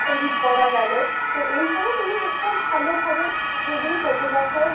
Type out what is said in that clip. edit করা গেল তো এইভাবে তুমি একটা ভালোভাবে যদি ফটোগ্রাফার